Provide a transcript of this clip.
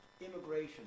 immigration